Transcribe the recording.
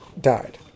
died